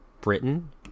britain